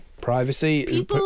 privacy